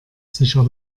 sicher